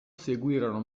seguirono